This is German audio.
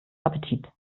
appetit